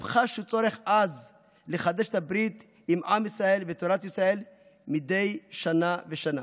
הם חשו צורך עז לחדש את הברית עם עם ישראל ותורת ישראל מדי שנה בשנה.